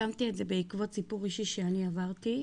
הקמתי את זה בעקבות סיפור אישי שאני עברתי.